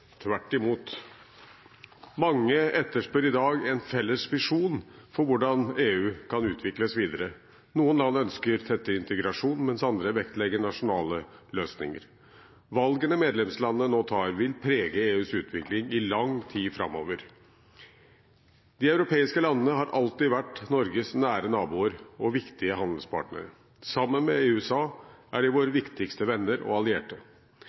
tvert imot. Mange etterspør i dag en felles visjon for hvordan EU kan utvikles videre. Noen land ønsker tettere integrasjon, mens andre vektlegger nasjonale løsninger. Valgene medlemslandene nå tar, vil prege EUs utvikling i lang tid framover. De europeiske landene har alltid vært Norges nære naboer og viktige handelspartnere. Sammen med USA er de våre viktigste venner og allierte